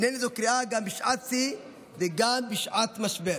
הינני זו קריאה גם בשעת שיא וגם בשעת משבר.